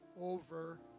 over